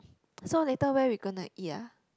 so later where we gonna eat ah